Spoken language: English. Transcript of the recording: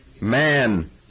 Man